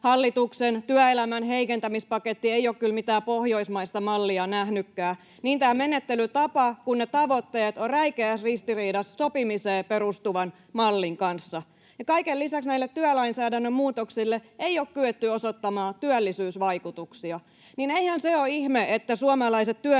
hallituksen työelämän heikentämispaketti ei ole kyllä mitään pohjoismaista mallia nähnytkään. Niin tämä menettelytapa kuin ne tavoitteet ovat räikeässä ristiriidassa sopimiseen perustuvan mallin kanssa. Ja kaiken lisäksi näille työlainsäädännön muutoksille ei ole kyetty osoittamaan työllisyysvaikutuksia, niin että eihän se ole ihme, että suomalaiset